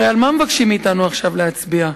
הרי על מה מבקשים מאתנו להצביע עכשיו?